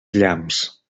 llamps